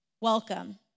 welcome